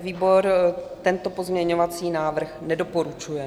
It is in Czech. Výbor tento pozměňovací návrh nedoporučuje.